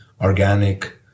organic